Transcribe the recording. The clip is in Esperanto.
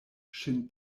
ŝin